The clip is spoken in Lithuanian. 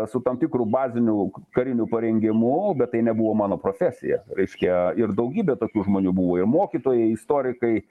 su tam tikru baziniu kariniu parengimu bet tai nebuvo mano profesija reiškia ir daugybė tokių žmonių buvo ir mokytojai istorikai